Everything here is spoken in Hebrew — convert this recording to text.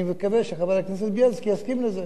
אני מקווה שחבר הכנסת בילסקי יסכים לזה.